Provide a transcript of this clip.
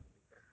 不明白